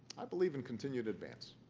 i believe in continued advance.